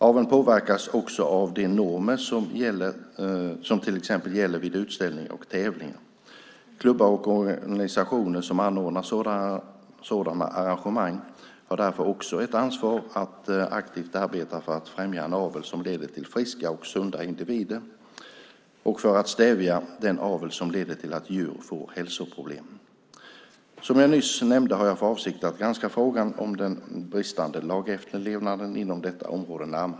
Aveln påverkas också av de normer som till exempel gäller vid utställningar och tävlingar. Klubbar och organisationer som anordnar sådana arrangemang har därför också ett ansvar för att aktivt arbeta för att främja en avel som leder till friska och sunda individer och för att stävja den avel som leder till att djur får hälsoproblem. Som jag nyss nämnde har jag för avsikt att närmare granska frågan om den bristande lagefterlevnaden inom detta område.